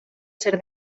ser